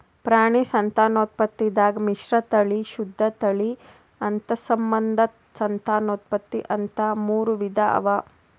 ಪ್ರಾಣಿ ಸಂತಾನೋತ್ಪತ್ತಿದಾಗ್ ಮಿಶ್ರತಳಿ, ಶುದ್ಧ ತಳಿ, ಅಂತಸ್ಸಂಬಂಧ ಸಂತಾನೋತ್ಪತ್ತಿ ಅಂತಾ ಮೂರ್ ವಿಧಾ ಅವಾ